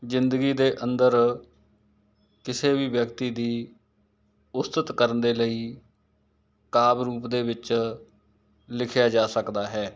ਜ਼ਿੰਦਗੀ ਦੇ ਅੰਦਰ ਕਿਸੇ ਵੀ ਵਿਅਕਤੀ ਦੀ ਉਸਤਤ ਕਰਨ ਦੇ ਲਈ ਕਾਵਿ ਰੂਪ ਦੇ ਵਿੱਚ ਲਿਖਿਆ ਜਾ ਸਕਦਾ ਹੈ